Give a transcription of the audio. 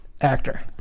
Actor